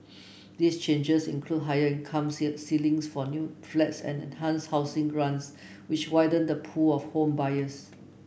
these changes include higher income ceil ceilings for new flats and enhanced housing grants which widen the pool of home buyers